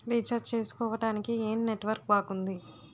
Recharge చేసుకోవటానికి ఏం network బాగుంది?